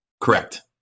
correct